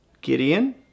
Gideon